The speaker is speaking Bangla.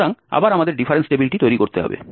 সুতরাং আবার আমাদের ডিফারেন্স টেবিলটি তৈরি করতে হবে